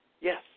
Yes